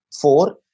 four